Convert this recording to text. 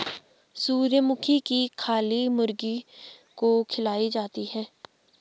सूर्यमुखी की खली मुर्गी को खिलाई जाती है